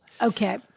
Okay